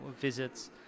visits